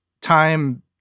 time